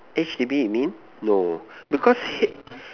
H_D_B you mean no because H